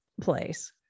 place